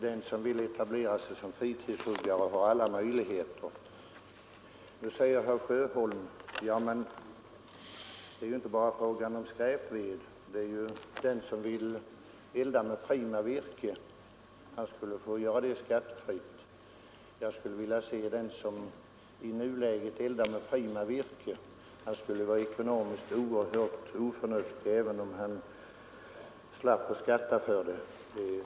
Den som vill etablera sig som fritidshuggare tror jag har alla möjligheter. Nu invänder herr Sjöholm att det ju inte bara är fråga om skräpved, utan också den som vill elda med prima virke skulle få göra det skattefritt. Jag skulle vilja se den som i nuläget eldar med prima virke. Han skulle vara ekonomiskt oerhört oförnuftig, även om han slapp skatta för bränslet.